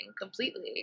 completely